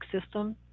system